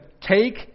take